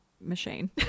machine